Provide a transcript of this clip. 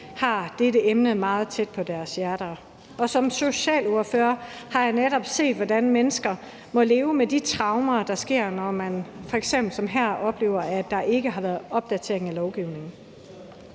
men dette emne står begges hjerte meget nær, og som socialordfører har jeg netop set, hvordan mennesker må leve med de traumer, der sker, når man f.eks. som her oplever, at der ikke har været en opdatering af lovgivningen.